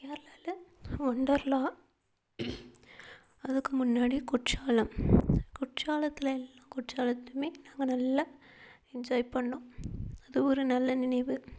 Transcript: கேரளாவில் ஒண்டர்லா அதுக்கு முன்னாடி குற்றாலம் குற்றாத்தில் எல்லாம் குற்றாலத்தும் நாங்கள் நல்லா என்ஜாய் பண்ணிணோம் அது ஒரு நல்ல நினைவு